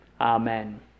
Amen